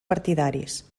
partidaris